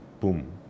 boom